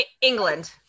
england